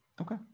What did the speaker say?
Okay